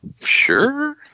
sure